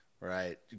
right